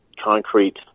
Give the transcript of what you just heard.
concrete